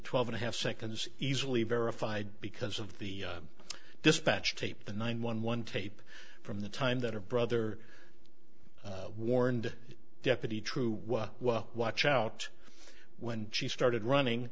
twelve and a half seconds easily verified because of the dispatch tape the nine one one tape from the time that her brother warned deputy true was watch out when she started running